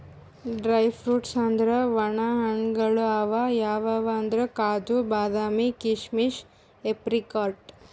dry fruits ಅಂದ್ರ ವಣ ಹಣ್ಣ್ಗಳ್ ಅವ್ ಯಾವ್ಯಾವ್ ಅಂದ್ರ್ ಕಾಜು, ಬಾದಾಮಿ, ಕೀಶಮಿಶ್, ಏಪ್ರಿಕಾಟ್